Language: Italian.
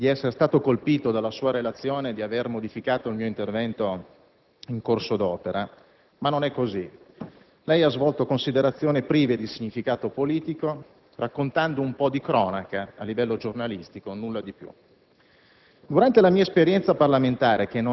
nulla. Vorrei tanto dirle, infatti, di esser stato colpito dalla sua relazione e di aver modificato il mio intervento in corso d'opera, ma non è così. Lei ha svolto considerazioni prive di significato politico, raccontando un po' di cronaca a livello giornalistico, nulla di più.